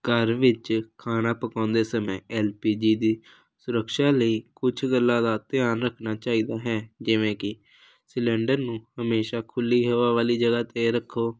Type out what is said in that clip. ਘਰ ਵਿੱਚ ਖਾਣਾ ਪਕਾਉਂਦੇ ਸਮੇਂ ਐਲ ਪੀ ਜੀ ਦੀ ਸੁਰਕਸ਼ਾ ਲਈ ਕੁਝ ਗੱਲਾਂ ਦਾ ਧਿਆਨ ਰੱਖਣਾ ਚਾਹੀਦਾ ਹੈ ਜਿਵੇਂ ਕਿ ਸਿਲੰਡਰ ਨੂੰ ਹਮੇਸ਼ਾਂ ਖੁੱਲ੍ਹੀ ਹਵਾ ਵਾਲੀ ਜਗ੍ਹਾ 'ਤੇ ਰੱਖੋ